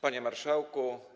Panie Marszałku!